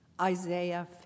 Isaiah